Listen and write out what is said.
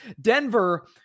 Denver